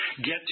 get